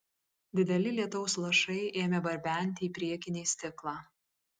dideli lietaus lašai ėmė barbenti į priekinį stiklą